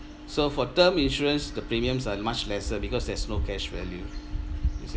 so for term insurance the premiums are much lesser because there's no cash value you see